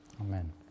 Amen